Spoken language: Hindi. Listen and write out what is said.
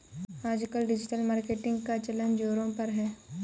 आजकल डिजिटल मार्केटिंग का चलन ज़ोरों पर है